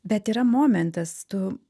bet yra momentas tu